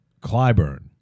Clyburn